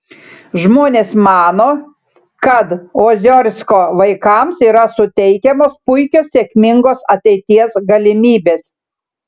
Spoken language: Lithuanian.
žmonės mano kad oziorsko vaikams yra suteikiamos puikios sėkmingos ateities galimybės